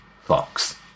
Fox